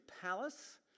palace